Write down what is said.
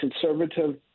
conservative